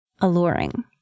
alluring